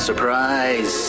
Surprise